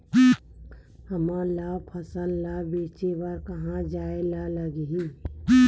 हमन ला फसल ला बेचे बर कहां जाये ला लगही?